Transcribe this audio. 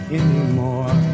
anymore